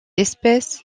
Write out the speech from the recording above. espèce